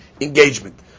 engagement